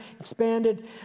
expanded